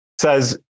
says